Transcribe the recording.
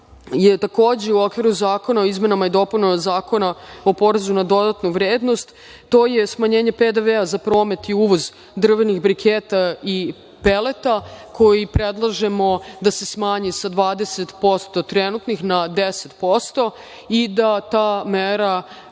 je takođe u okviru zakona o izmenama i dopunama Zakona o porezu na dodatu vrednost, to je smanjenje PDV-a za promet i uvoz drvenih briketa i peleta, koji predlažemo da se smanji sa 20% trenutnih na 10% i da ta mera krene